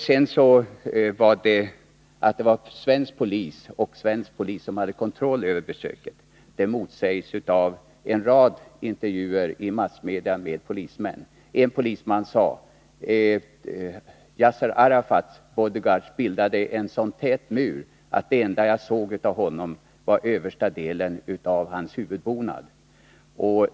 Justitieministern sade att svensk polis hade kontroll över besöket. Det motsägs av en rad intervjuer med polismän i massmedia. En polisman sade: Yasser Arafats bodyguards bildade en så tät mur att det enda jag såg av honom var översta delen av hans huvudbonad.